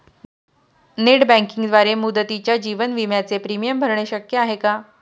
Net बँकिंगद्वारे मुदतीच्या जीवन विम्याचे प्रीमियम भरणे शक्य आहे का?